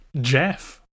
jeff